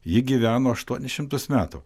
ji gyveno aštuonis šimtus metų